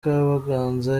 kabaganza